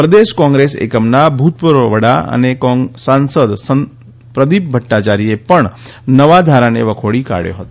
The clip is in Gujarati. પ્રદેશ કોંગ્રેસ એકમના ભૂતપૂર્વ વડા અને સાંસદ પ્રદિપ ભદ્દાચાર્યે પણ નવા ધારાને વખોડી કાઢ્યો હતો